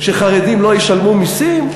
שחרדים לא ישלמו מסים?